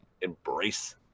embrace